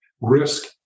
Risk